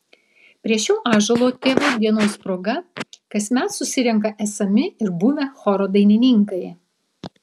prie šio ąžuolo tėvo dienos proga kasmet susirenka esami ir buvę choro dainininkai